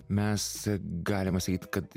mes galime sakyt kad